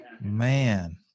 man